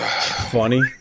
funny